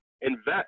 invest